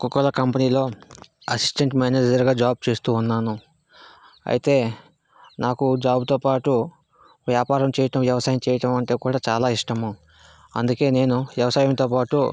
cocoa cola కంపెనీలో assistant మేనేజర్గా job చేస్తూ ఉన్నాను అయితే నాకు జాబ్తోపాటు వ్యాపారం చేయటం వ్యవసాయం చేయటం అంటే కూడా చాలా ఇష్టము అందుకే నేను వ్యవసాయంతో పాటు